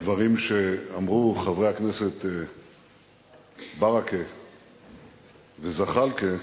הדברים שאמרו חברי הכנסת ברכה וזחאלקה,